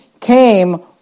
came